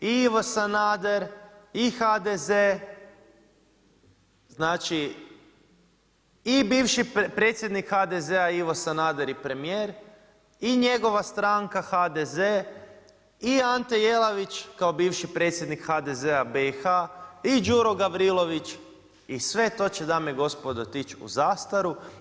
I Ivo Sanader i HDZ znači i bivši predsjednik HDZ-a Ivo Sanader i premijer i njegova stranka HDZ i Ante Jelavić kao bivši predsjednik HDZ-a BiH i Đuro Gavrilović i sve to će dame i gospodo otići u zastaru.